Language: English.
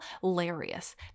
hilarious